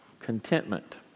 Contentment